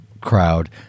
crowd